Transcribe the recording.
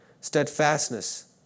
steadfastness